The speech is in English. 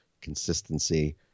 consistency